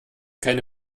keine